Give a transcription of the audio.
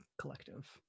collective